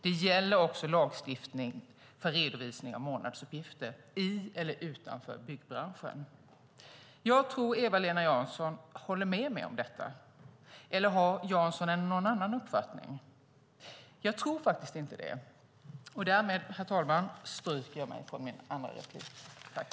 Det gäller också lagstiftning för redovisning av månadsuppgifter i eller utanför byggbranschen. Eva-Lena Jansson håller nog med mig om detta, eller har hon någon annan uppfattning? Jag tror faktiskt inte det. Herr talman! Därmed stryker jag mig från mitt andra anförande på talarlistan.